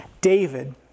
David